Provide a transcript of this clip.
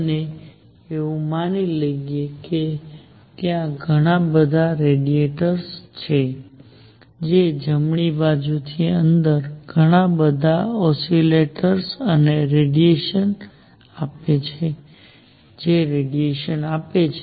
અમે એવું માની લઈશું કે ત્યાં ઘણા બધા રેડિયેટરર્સ છે જે જમણી બાજુની અંદર ઘણા બધા ઓસિલેટર્સ અને રેડિયેટર આપે છે જે રેડિયેશન આપે છે